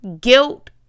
guilt